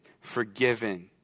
forgiven